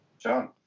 John